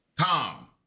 tom